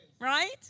Right